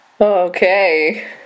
Okay